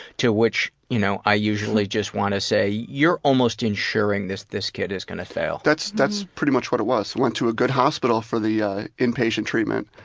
to which, you know, i usually just want to say, you're almost ensuring that this kid is going to fail. that's that's pretty much what it was. went to a good hospital for the ah inpatient treatment.